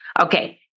Okay